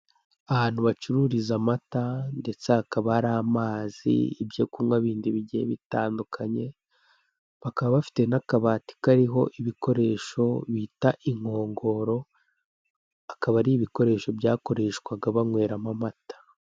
Ahantu bacururiza amata ndetse hakaba hari amazi, ibyo kunywa bindi bigiye bitandukanye, bakaba bafite n'akabati kariho ibikoresho bita inkongoro, akaba ari ibikoresho byakoreshwaga banyweramo amata.